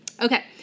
Okay